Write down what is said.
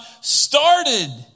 started